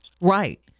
Right